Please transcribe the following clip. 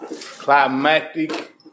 climactic